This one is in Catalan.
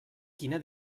quina